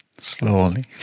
Slowly